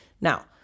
Now